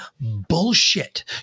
bullshit